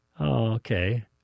Okay